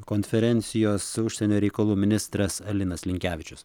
konferencijos užsienio reikalų ministras linas linkevičius